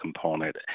component